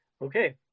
Okay